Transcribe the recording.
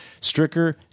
Stricker